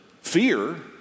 fear